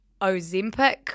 Ozempic